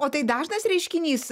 o tai dažnas reiškinys